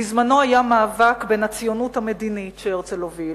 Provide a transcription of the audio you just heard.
בזמנו היה מאבק בין הציונות המדינית שהרצל הוביל,